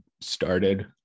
started